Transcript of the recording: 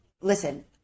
listen